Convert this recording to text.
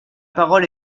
parole